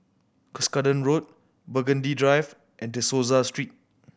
Cuscaden Road Burgundy Drive and De Souza Street